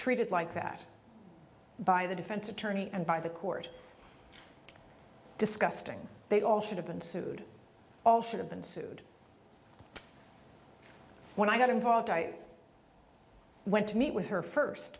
treated like that by the defense attorney and by the court disgusting they all should have been sued all should have been sued when i got involved i went to meet with her first